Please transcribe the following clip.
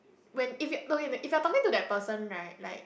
when if it okay if you're talking to that person right like